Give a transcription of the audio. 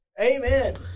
Amen